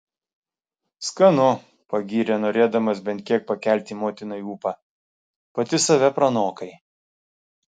skanu pagyrė norėdamas bent kiek pakelti motinai ūpą pati save pranokai